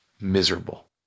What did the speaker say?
miserable